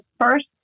first